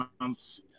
months